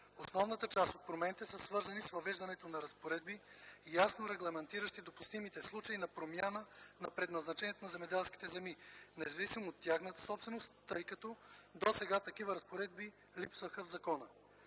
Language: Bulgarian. Основната част от промените са свързани с въвеждане на разпоредби, ясно регламентиращи допустимите случаи на промяна на предназначението на земеделски земи, независимо от тяхната собственост, тъй като досега такива разпоредби липсваха в закона.